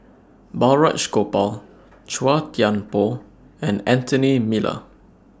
Balraj Gopal Chua Thian Poh and Anthony Miller